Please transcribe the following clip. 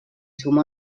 suma